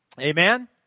Amen